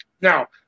Now